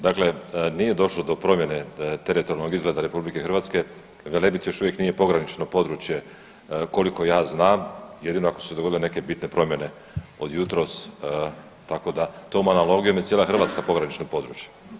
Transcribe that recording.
Dakle, nije došlo do promjene teritorijalnog izgleda RH, Velebit još uvijek nije pogranično područje koliko ja znam, jedino ako su se dogodile neke bitne promjene od jutros, tako da tom analogijom je cijela Hrvatska pogranično područje.